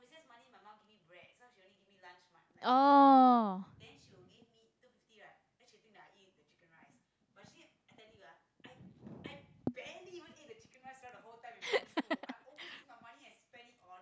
!oh!